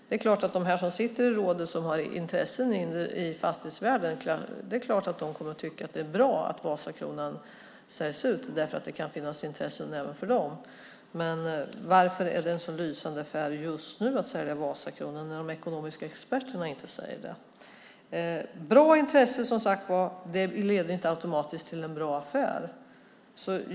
Det är klart att de som sitter i rådet som har intressen i fastighetsvärlden kommer att tycka att det är bra att Vasakronan säljs ut, därför att det kan finnas intressen även för dem. Men varför är det en så lysande affär just nu att sälja Vasakronan när de ekonomiska experterna säger att det inte är det? Bra intressen, som sagt var, leder inte automatiskt till en bra affär.